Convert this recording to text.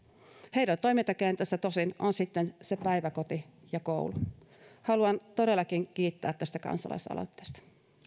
heidän toimintakenttänsä tosin on sitten se päiväkoti ja koulu haluan todellakin kiittää tästä kansalaisaloitteesta